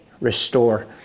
restore